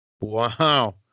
wow